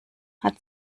hat